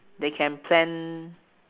they can plan